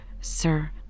sir